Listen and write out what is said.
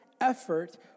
effort